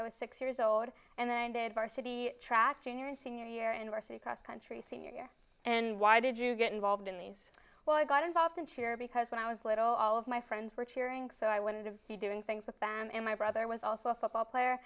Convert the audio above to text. i was six years old and then i did varsity track junior and senior year anniversary cross country senior year and why did you get involved in these well i got involved and sure because when i was little all of my friends were cheering so i wanted to be doing things with them in my brother was also a football player